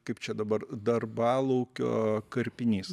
kaip čia dabar darbalaukio karpinys